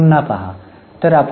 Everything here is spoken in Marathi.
पुन्हा पहा